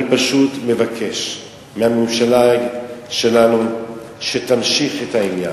אני פשוט מבקש מהממשלה שלנו להמשיך את העניין,